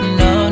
no